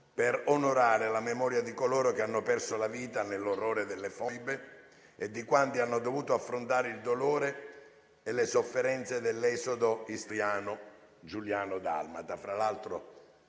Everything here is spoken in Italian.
per onorare la memoria di coloro che hanno perso la vita nell'orrore delle foibe e di quanti hanno dovuto affrontare il dolore e le sofferenze dell'esodo giuliano dalmata,